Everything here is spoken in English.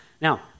Now